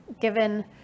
Given